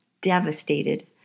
devastated